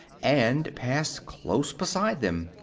and passed close beside them.